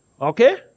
Okay